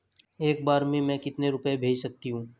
एक बार में मैं कितने रुपये भेज सकती हूँ?